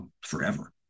forever